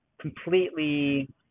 completely